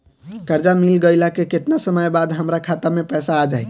कर्जा मिल गईला के केतना समय बाद हमरा खाता मे पैसा आ जायी?